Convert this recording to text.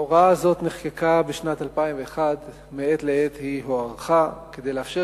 ההוראה הזאת נחקקה בשנת 2001 ומעת לעת היא הוארכה כדי לאפשר